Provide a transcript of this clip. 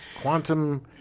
quantum